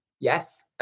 Yes